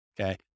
Okay